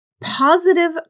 positive